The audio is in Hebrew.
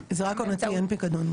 היא שאלה לגבי החקלאות,